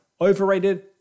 overrated